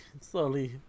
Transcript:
slowly